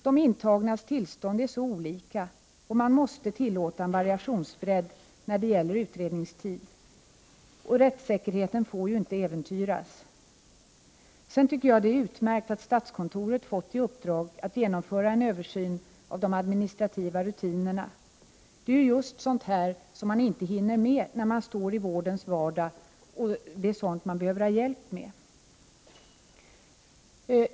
De intagnas tillstånd är så olika, och man måste tillåta en variationsbredd när det gäller utredningstid. Och rättssäkerheten får ju inte äventyras. Sedan tycker jag att det är utmärkt att statskontoret fått i uppdrag att genomföra en översyn av de administrativa rutinerna. Det är ju sådant man inte hinner med när man står i vårdens vardag, och det är sådant man behöver ha hjälp med.